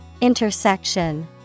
intersection